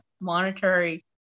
monetary